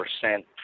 percent